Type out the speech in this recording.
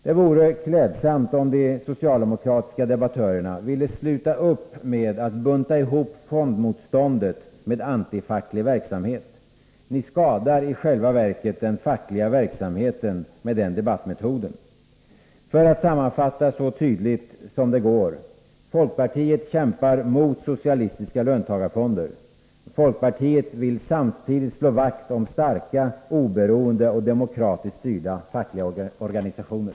Det vore klädsamt om de socialdemokratiska debattörerna ville sluta upp med att bunta ihop fondmotstånd med antifacklig verksamhet. Ni skadar i själva verket den fackliga verksamheten med den debattmetoden. För att sammanfatta så tydligt som det går: Folkpartiet kämpar mot socialistiska löntagarfonder. Folkpartiet vill samtidigt slå vakt om starka, oberoende och demokratiskt styrda fackliga organisationer.